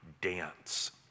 dance